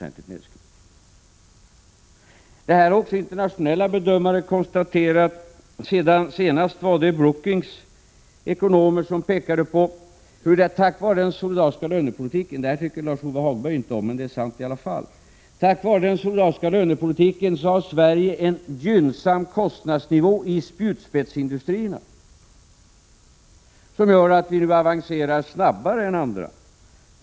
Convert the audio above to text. Detta har också internationella bedömare konstaterat. Senast var det Brookings ekonomer som pekade på att tack vare den solidariska lönepolitiken har Sverige en gynnsam kostnadsnivå i spjutspetsindustrierna och att vi på grund av att den solidariska lönepolitiken har skapat en jämnare lönstruktur har kunnat avancera snabbare än andra.